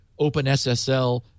OpenSSL